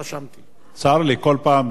צר לי, כל פעם.